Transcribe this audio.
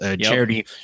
charity